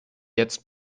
jetzt